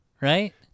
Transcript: right